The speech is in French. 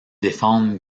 défendre